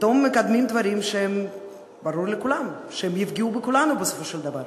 פתאום מקדמים דברים שברור לכולם שהם יפגעו בכולנו בסופו של דבר.